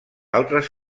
altres